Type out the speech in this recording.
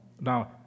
Now